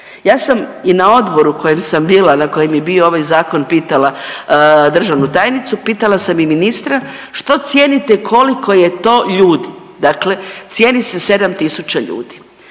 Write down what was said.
sam bila na kojem je bio ovaj zakon pitala državnu tajnicu, pitala sam i ministra što cijenite koliko je to ljudi. Dakle, cijeni se 7 tisuća ljudi.